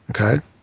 Okay